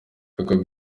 ibigo